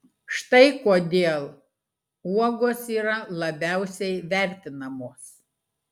štai kodėl uogos yra labiausiai vertinamos